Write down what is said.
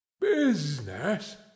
business